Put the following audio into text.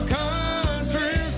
country